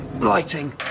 lighting